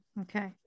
Okay